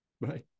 right